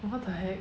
what the heck